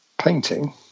painting